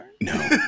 No